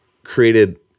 Created